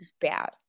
bad